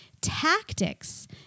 tactics